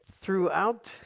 throughout